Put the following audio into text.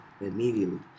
immediately